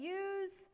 use